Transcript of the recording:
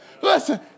Listen